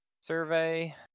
survey